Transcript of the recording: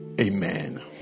amen